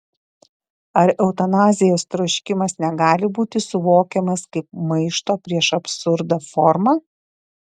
ar eutanazijos troškimas negali būti suvokiamas kaip maišto prieš absurdą forma